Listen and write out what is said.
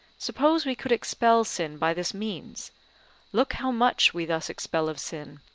suppose we could expel sin by this means look how much we thus expel of sin,